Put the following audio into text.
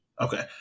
okay